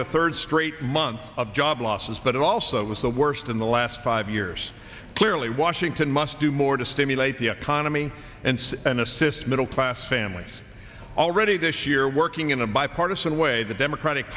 the third straight month of job losses but it also was the worst in the last five years clearly washington must do more to stimulate the economy and an assist middle class families already this year working in a bipartisan way the democratic